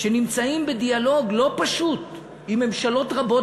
שנמצאים בדיאלוג לא פשוט עם ממשלות רבות